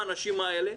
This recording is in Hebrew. האנשים האלה,